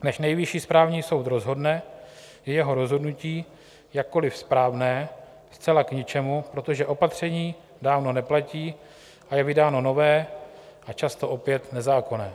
Než Nejvyšší správní soud rozhodne, je jeho rozhodnutí, jakkoli správné, zcela k ničemu, protože opatření dávno neplatí a je vydáno nové a často opět nezákonné.